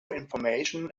information